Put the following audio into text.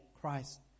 Christ